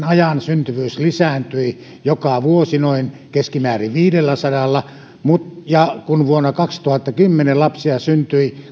ajan syntyvyys lisääntyi joka vuosi keskimäärin noin viidelläsadalla ja kun vuonna kaksituhattakymmenen lapsia syntyi